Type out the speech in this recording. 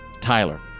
Tyler